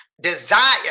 Desire